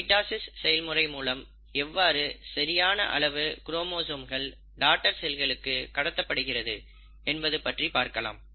mitosis செயல்முறை மூலம் எவ்வாறு சரியான அளவிலான குரோமோசோம்கள் டாடர் செல்களுக்கு கடத்தப்படுகிறது என்பது பற்றி பார்க்கலாம்